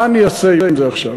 מה אני אעשה עם זה עכשיו?